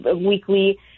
weekly